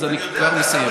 אז אני כבר מסיים.